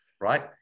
Right